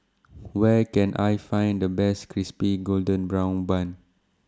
Where Can I Find The Best Crispy Golden Brown Bun